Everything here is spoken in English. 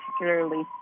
particularly